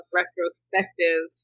retrospective